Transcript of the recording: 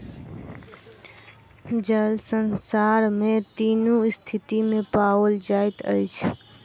जल संसार में तीनू स्थिति में पाओल जाइत अछि